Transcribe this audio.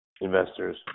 investors